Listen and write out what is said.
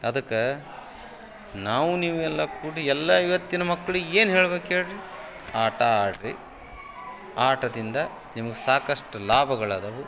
ಅದಕ್ಕೆ ನಾವೂ ನೀವೂ ಎಲ್ಲ ಕೂಡಿ ಎಲ್ಲ ಇವತ್ತಿನ ಮಕ್ಳಿಗೆ ಏನು ಹೇಳ್ಬೇಕು ಹೇಳಿರಿ ಆಟ ಆಡಿರಿ ಆಟದಿಂದ ನಿಮಗೆ ಸಾಕಷ್ಟು ಲಾಭಗಳದಾವೆ